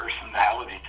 personality